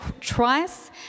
twice